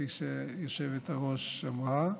כפי שהיושבת-ראש אמרה,